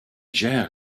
gère